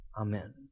Amen